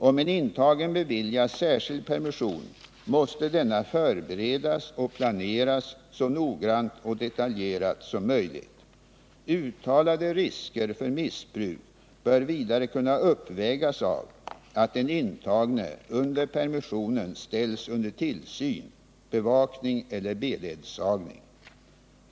Om en intagen beviljas särskild permission måste denna förberedas och planeras så noggrant och detaljerat som möjligt. Uttalade risker för missbruk bör vidare kunna uppvägas av att den intagne under permissionen ställs under tillsyn .